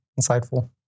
insightful